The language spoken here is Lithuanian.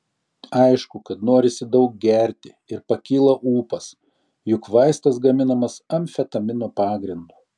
aišku kad norisi daug gerti ir pakyla ūpas juk vaistas gaminamas amfetamino pagrindu